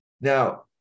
Now